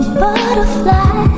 butterfly